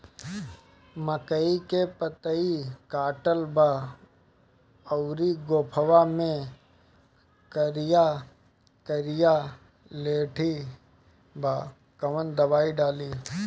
मकई में पतयी कटल बा अउरी गोफवा मैं करिया करिया लेढ़ी बा कवन दवाई डाली?